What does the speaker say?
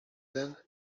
then